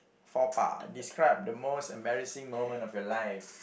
faux pas describe the most embarrassing moment of your life